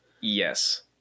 Yes